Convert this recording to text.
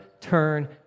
turn